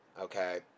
okay